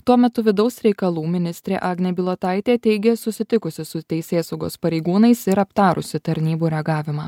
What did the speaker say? tuo metu vidaus reikalų ministrė agnė bilotaitė teigė susitikusi su teisėsaugos pareigūnais ir aptarusi tarnybų reagavimą